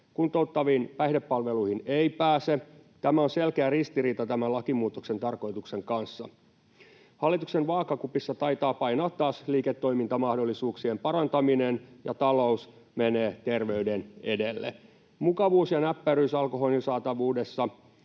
Kuntouttaviin päihdepalveluihin ei pääse. Tämä on selkeä ristiriita tämän lakimuutoksen tarkoituksen kanssa. Hallituksen vaakakupissa taitaa painaa taas liiketoimintamahdollisuuksien parantaminen, ja talous menee terveyden edelle. Mukavuus ja näppäryys alkoholin saatavuudessa